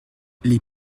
les